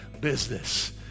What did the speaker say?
business